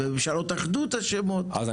וממשלות אחדות אשמות,